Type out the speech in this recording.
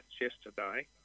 yesterday